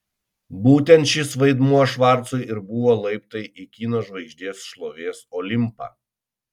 būtent šis vaidmuo švarcui ir buvo laiptai į kino žvaigždės šlovės olimpą